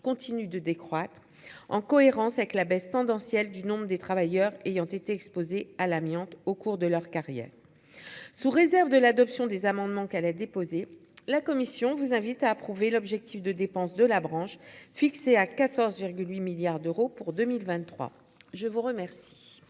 continue de décroître en cohérence avec la baisse tendancielle du nombre des travailleurs ayant été exposés à l'amiante au cours de leur carrière sous réserve de l'adoption des amendements qu'elle a déposé la commission vous invite à approuver l'objectif de dépense de la branche fixé à 14 8 milliards d'euros pour 2023 je vous remercie.